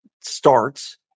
starts